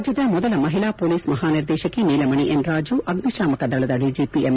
ರಾಜ್ಯದ ಮೊದಲ ಮಹಿಳಾ ಪೊಲೀಸ್ ಮಹಾನಿರ್ದೇಶಕಿ ನೀಲಮಣಿ ಎನ್ ರಾಜು ಅಗ್ನಿ ಶಾಮಕ ದಳದ ಡಿಜಿಪಿ ಎಂ